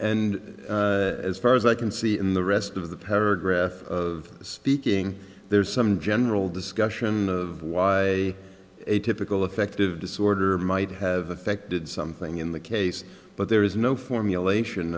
and as far as i can see in the rest of the paragraph speaking there is some general discussion of why atypical affective disorder might have affected something in the case but there is no formulat